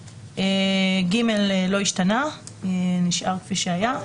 הפסקה לא השתנתה ונשארת כפי שהייתה.